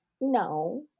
No